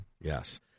Yes